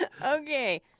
Okay